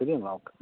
ശരി എന്നാൽ ഓക്കെ